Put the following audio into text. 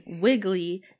wiggly